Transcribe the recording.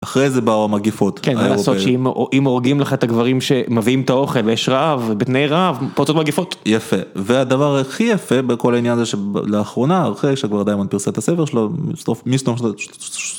אחרי זה באו המגיפות. כן, ומה לעשות שאם הורגים לך את הגברים שמביאים את האוכל ויש רעב ובתנאי רעב פרצו מגיפות. יפה. והדבר הכי יפה בכל העניין הזה שלאחרונה אחרי שכבר דיימונד פירסם את הספר שלו.